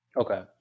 Okay